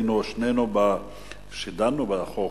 היינו שנינו כשדנו בחוק,